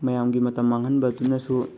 ꯃꯌꯥꯝꯒꯤ ꯃꯇꯝ ꯃꯥꯡꯍꯟꯕꯗꯨꯅꯁꯨ